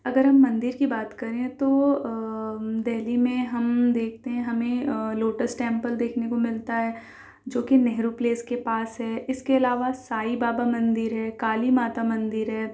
اگر ہم مندر کی بات کریں تو دہلی میں ہم دیکھتے ہیں ہمیں لوٹس ٹیمپل دیکھنے کو ملتا ہے جو کہ نہرو پلیس کے پاس ہے اس کے علاوہ سائی بابا مندر ہے کالی ماتا مندر ہے